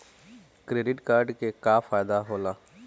Credit card के का फायदा होला?